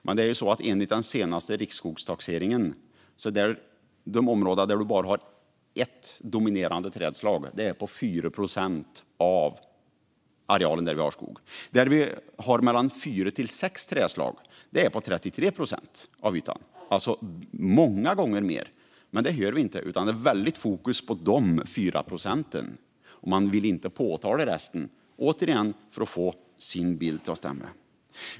Men enligt den senaste riksskogstaxeringen utgör de områden där det finns bara ett dominerande trädslag endast 4 procent av skogsarealen. Den areal där vi har fyra till sex trädslag utgör 33 procent av ytan, alltså många gånger mer. Men det hör vi inte om, utan det är stort fokus på de 4 procenten. Man vill inte tala om resten - återigen för att man ska få sin bild att stämma.